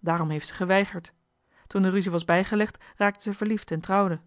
daarom heeft ze geweigerd toen de ruzie was bijgelegd raakte zij verliefd en trouwde